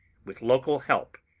with local help,